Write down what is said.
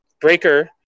Breaker